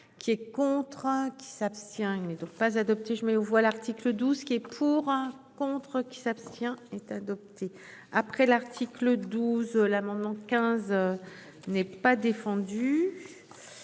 Qui est contre un qui s'abstient. Il n'est donc pas adoptée, je mets aux voix l'article 12 qui est pour un contre qui s'abstient est adopté après l'article 12 l'amendement 15. N'est pas défendu.